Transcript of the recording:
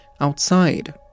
outside